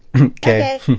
okay